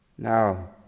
Now